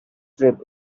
trip